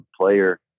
player